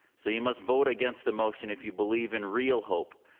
so you must vote against the motion if you believe in real hope,